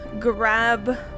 grab